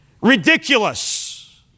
Ridiculous